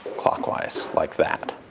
clockwise, like that.